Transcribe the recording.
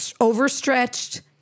overstretched